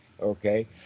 okay